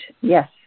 Yes